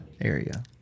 area